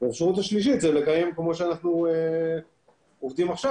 האפשרות השלישית היא לקיים כמו שאנחנו עובדים עכשיו.